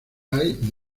hay